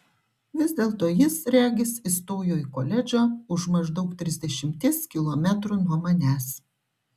vis dėlto jis regis įstojo į koledžą už maždaug trisdešimties kilometrų nuo manęs